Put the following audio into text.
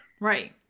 right